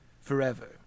forever